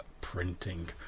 printing